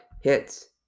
hits